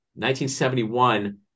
1971